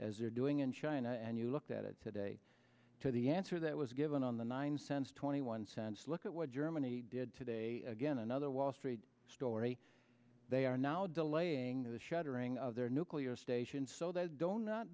you're doing in china and you look at it today to the answer that was given on the nine cents twenty one cents look at what germany did today again another wall street story they are now delaying the shuttering of their nuclear stations so they don't not